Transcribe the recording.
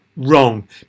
wrong